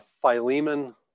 Philemon